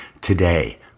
today